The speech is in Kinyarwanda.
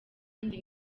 kandi